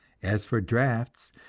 as for drafts,